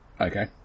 okay